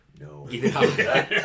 no